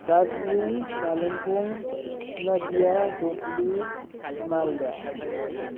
Darjeeling Kalimpong Nadia Hooghly Malda